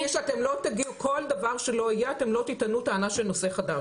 כל דבר שלא יהיה, אתם לא תטענו טענה של נושא חדש.